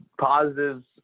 positives